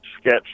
sketch